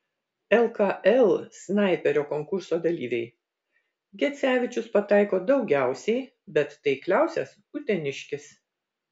lkl snaiperio konkurso dalyviai gecevičius pataiko daugiausiai bet taikliausias uteniškis